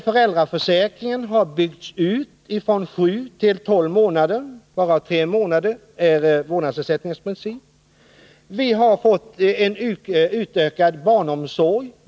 Föräldraförsäkringen har byggts ut från sju till tolv månader, varav tre månader enligt vårdnadsersättningsprincipen. Vi har fått en utökad barnomsorg.